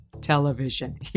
television